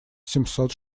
семьсот